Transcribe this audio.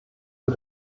für